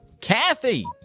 Kathy